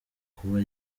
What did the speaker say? kuba